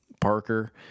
parker